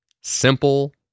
Simple